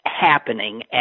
happening